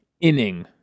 inning